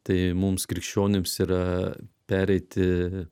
tai mums krikščionims yra pereiti